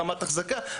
ברמת ההחזקה,